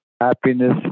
happiness